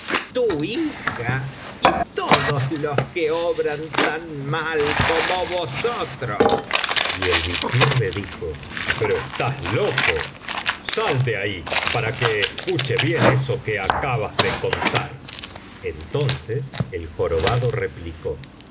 tu hija y todos los que obran tan mal como vosotros y el visir le dijo pero estás loco sal de ahí para que escu biblioteca valenciana generatitat valenciana historia del visir nureddin che bien eso que acabas de contar entonces el jorobado replicó